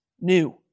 new